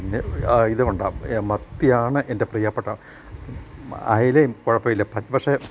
ഇതു കൊണ്ടാണ് മത്തിയാണ് എൻ്റെ പ്രിയപ്പെട്ട അയിലയും കുഴപ്പമില്ല പക്ഷെ